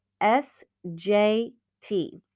S-J-T